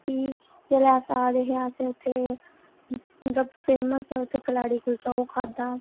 फही जिसलै अस आवै दे हे असें उंदा उत्थै फेमस ऐ कलाड़ी कुल्चा ओह् खाद्धा